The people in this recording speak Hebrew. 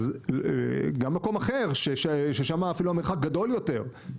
אז גם מקום אחר ששמה אפילו המרחק גדול יותר,